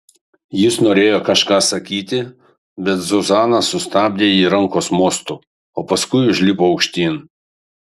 jis norėjo kažką sakyti bet zuzana sustabdė ji rankos mostu o paskui užlipo aukštyn